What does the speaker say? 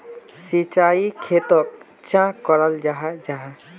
सिंचाई खेतोक चाँ कराल जाहा जाहा?